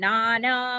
Nana